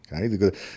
okay